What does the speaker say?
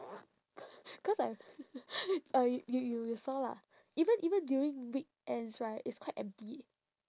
cau~ cause I uh you you you you saw lah even even during weekends right it's quite empty